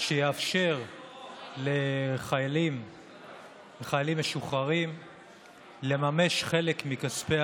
שיאפשר לחיילים משוחררים לממש חלק מכספי